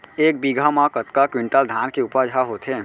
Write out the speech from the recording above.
एक बीघा म कतका क्विंटल धान के उपज ह होथे?